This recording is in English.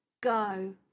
go